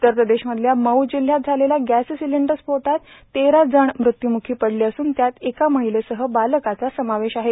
उत्तर प्रदेशमधल्या मऊ जिल्ह्यात झालेल्या गॅस सिलेंडर स्फोटात तेरा जण मृत्यूमुखी पडले असून त्यात एका महिलेसह बालकाचा समावेश आहे